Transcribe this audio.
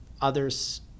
others